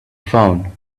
phone